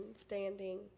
standing